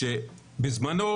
כשבזמנו,